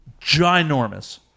ginormous